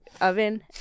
oven